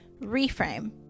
reframe